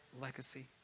legacy